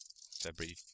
February